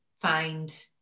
find